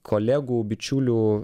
kolegų bičiulių